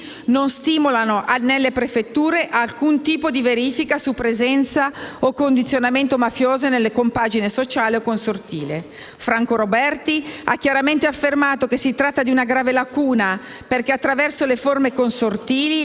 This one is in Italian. non stimolano nelle prefetture alcun tipo di verifica su presenza o condizionamento mafioso nella compagine sociale o consortile. Franco Roberti ha chiaramente affermato che si tratta di una grave lacuna perché, attraverso le forme consortili,